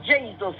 Jesus